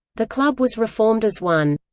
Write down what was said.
the club was reformed as one.